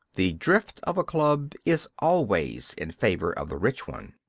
the drift of a club is always in favour of the rich one.